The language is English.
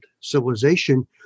civilization